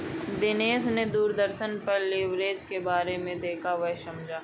दिनेश ने दूरदर्शन पर लिवरेज के बारे में देखा वह समझा